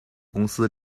公司